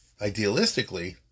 idealistically